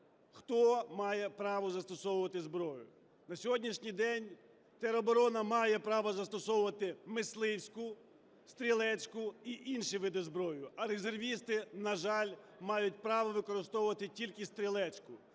хто має право застосовувати зброю. На сьогоднішній день тероборона має право застосовувати мисливську, стрілецьку і інші види зброї, а резервісти, на жаль, мають право використовувати тільки стрілецьку.